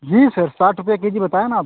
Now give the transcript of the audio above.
जी sir साठ रुपये के जी बताया ना आपको